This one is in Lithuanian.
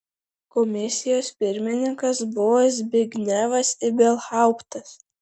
komisijos pirmininkas buvo zbignevas ibelhauptas